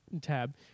tab